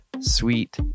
sweet